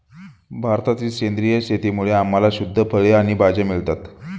भारतातील सेंद्रिय शेतीमुळे आम्हाला शुद्ध फळे आणि भाज्या मिळतात